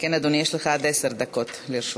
אדוני, יש לך עד עשר דקות לרשותך.